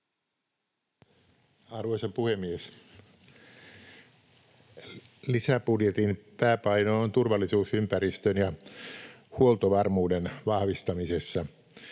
Arvoisa puhemies! Lisäbudjetin pääpaino on turvallisuusympäristön ja huoltovarmuuden vahvistamisessa.